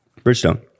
Bridgestone